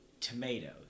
tomatoes